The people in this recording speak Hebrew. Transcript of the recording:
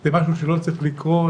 זה משהו שלא צריך לקרות,